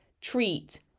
treat